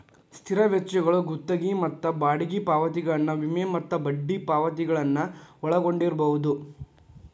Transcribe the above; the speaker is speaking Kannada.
ಸ್ಥಿರ ವೆಚ್ಚಗಳು ಗುತ್ತಿಗಿ ಮತ್ತ ಬಾಡಿಗಿ ಪಾವತಿಗಳನ್ನ ವಿಮೆ ಮತ್ತ ಬಡ್ಡಿ ಪಾವತಿಗಳನ್ನ ಒಳಗೊಂಡಿರ್ಬಹುದು